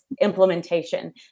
implementation